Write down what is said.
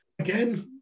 Again